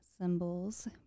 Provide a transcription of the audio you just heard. symbols